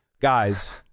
Guys